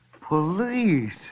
Police